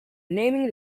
naming